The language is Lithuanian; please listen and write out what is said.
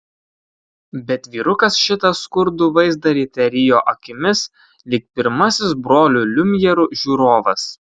bet vyrukas šitą skurdų vaizdą ryte rijo akimis lyg pirmasis brolių liumjerų žiūrovas